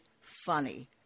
funny